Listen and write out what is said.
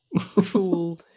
fool